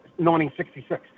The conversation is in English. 1966